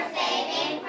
saving